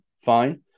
fine